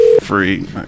Free